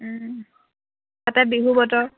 তাতে বিহু বতৰ